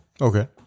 Okay